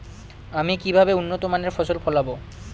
আমি কিভাবে উন্নত মানের ফসল ফলাব?